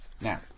Now